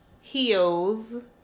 heels